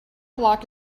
block